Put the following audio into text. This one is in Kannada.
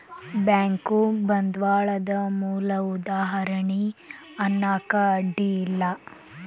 ಬ್ಯಾಂಕು ಬಂಡ್ವಾಳದ್ ಮೂಲ ಉದಾಹಾರಣಿ ಅನ್ನಾಕ ಅಡ್ಡಿ ಇಲ್ಲಾ